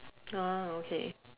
ah okay